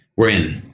we're in.